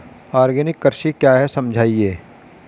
Organic कृषि क्या है समझाइए?